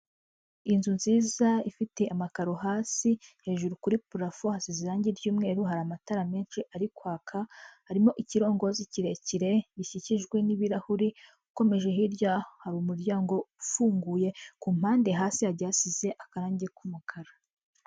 Inzu nziza ifite amakaro hasi, hejuru kuri parafo hasize irangi ry'umweru, hari amatara menshi ari kwaka, harimo ikirongozi kirekire gikikijwe n'ibirahuri, ukomeje hirya hari umuryango ufunguye, ku mpande hasi hagiye hasize akarangi k'umukara.